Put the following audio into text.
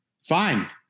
fine